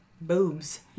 boobs